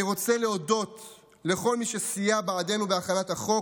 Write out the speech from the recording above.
אני רוצה להודות לכל מי שסייע בעדנו בהכנת החוק,